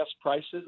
prices